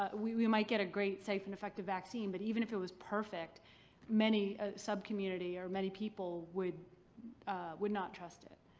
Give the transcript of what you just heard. ah we we might get a great safe and effective vaccine, but even if it was perfect many sub-community or many people would would not trust it.